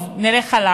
טוב, נלך עליו,